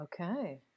Okay